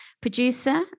producer